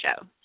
show